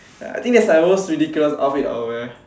ya I think that's my most ridiculous outfit I would wear